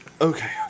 Okay